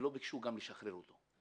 ולא ביקשו לשחרר אותו.